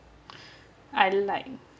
I like